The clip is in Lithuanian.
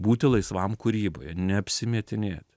būti laisvam kūryboje neapsimetinėt